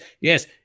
yes